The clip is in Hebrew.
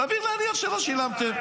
סביר להניח שלא שילמתם.